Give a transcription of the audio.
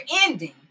ending